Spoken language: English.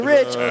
Rich